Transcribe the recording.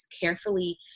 carefully